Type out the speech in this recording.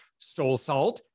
SoulSalt